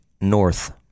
North